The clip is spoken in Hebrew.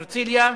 בהרצלייה,